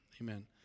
Amen